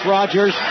Rogers